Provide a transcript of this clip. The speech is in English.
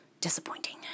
disappointing